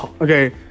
Okay